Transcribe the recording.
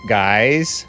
guys